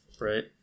Right